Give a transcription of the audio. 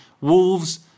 Wolves